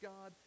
God